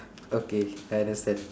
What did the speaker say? okay I understand